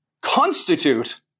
constitute